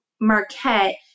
Marquette